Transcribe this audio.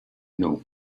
know